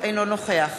אינו נוכח